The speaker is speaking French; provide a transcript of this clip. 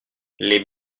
les